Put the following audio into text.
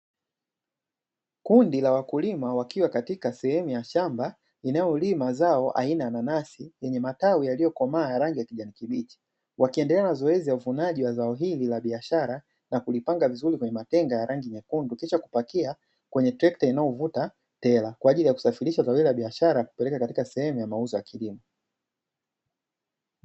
Kundi la wakulima, wakiwa katika sehemu ya shamba linalolima zao aina ya nanasi yenye matawi yaliyokomaa ya rangi ya kijani kibichi, wakiendelea na zoezi la uvunaji wa zao hili la biashara na kulipanga vizuri kwenye matenga ya rangi nyekundu, kisha kupakia kwenye trekta inayovuta tela kwa ajili ya kusafirisha zao hilo la biashara kupeleka katika sehemu ya mauzo ya kilimo.